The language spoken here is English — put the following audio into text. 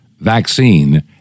vaccine